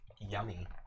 Yummy